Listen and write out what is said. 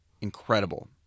incredible